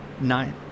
nine